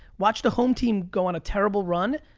watch the home team go on a terrible run,